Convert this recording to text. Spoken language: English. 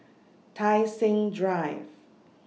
Tai Seng Drive